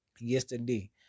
yesterday